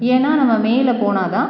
ஏன்னா நம்ம மேலே போனால்தான்